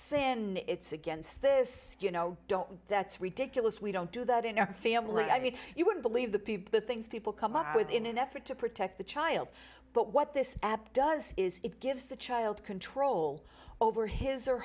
sin it's against this you know don't that's ridiculous we don't do that in our family i mean you wouldn't believe the people the things people come up with in an effort to protect the child but what this app does is it gives the child control over his or